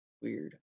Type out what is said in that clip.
Weird